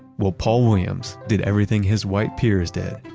well, paul williams did everything his white peers did,